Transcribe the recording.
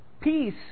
Peace